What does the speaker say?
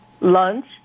lunch